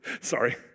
sorry